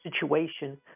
situation